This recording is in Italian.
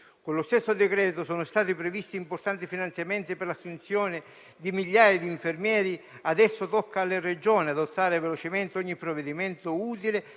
Con lo stesso provvedimento sono stati previsti importanti finanziamenti per l'assunzione di migliaia di infermieri; adesso tocca alle Regioni adottare velocemente ogni provvedimento utile